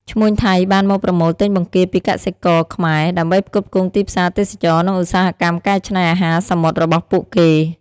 ឈ្មួញថៃបានមកប្រមូលទិញបង្គាពីកសិករខ្មែរ ដើម្បីផ្គត់ផ្គង់ទីផ្សារទេសចរណ៍ និងឧស្សាហកម្មកែច្នៃអាហារសមុទ្ររបស់ពួកគេ។